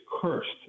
cursed